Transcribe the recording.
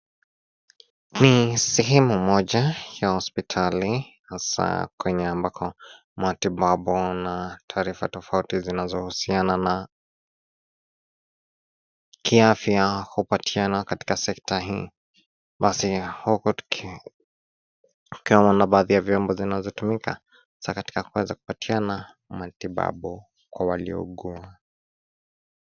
Ni sehemu moja ya hospitali, hasaa kwenye ambako, matitabu na taarifa tofauti zinazohusiana na kiafya hupatiana katika sekta hii, basi huku tuki, ona baadhi ya vyombo zinazotumika za katika kuweza kupatiana matibabu kwa waliougua.